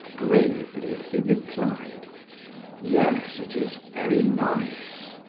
gravely he replied yes, it is very nice.